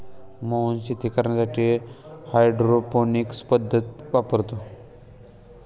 मोहन शेती करण्यासाठी हायड्रोपोनिक्स पद्धत वापरतो